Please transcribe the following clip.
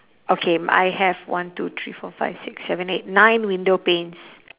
okay I have one two three four five six seven eight nine window panes